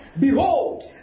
Behold